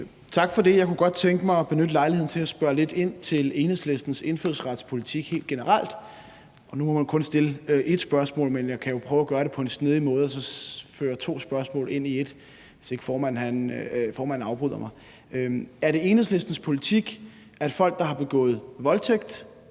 Tak for det. Jeg kunne godt tænke mig at benytte lejligheden til at spørge lidt ind til Enhedslistens indfødsretspolitik helt generelt. Og nu må man kun stille ét spørgsmål, men jeg kan jo prøve at gøre det på en snedig måde og så føre to spørgsmål ind i ét, hvis ikke formanden afbryder mig. Er det Enhedslistens politik, at folk, der har begået voldtægt,